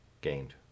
gained